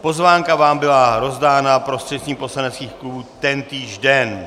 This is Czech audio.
Pozvánka vám byla rozdána prostřednictvím poslaneckých klubů tentýž den.